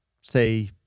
say